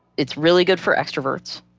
it's really good for extroverts,